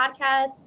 Podcast